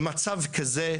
במצב כזה,